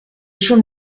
schon